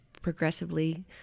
progressively